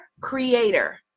creator